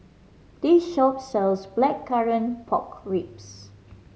this shop sells Blackcurrant Pork Ribs